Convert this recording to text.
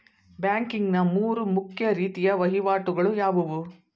Banking ನ ಮೂರು ಮುಖ್ಯ ರೀತಿಯ ವಹಿವಾಟುಗಳು ಯಾವುವು?